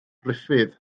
ruffydd